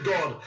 God